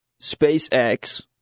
SpaceX